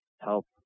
help